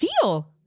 feel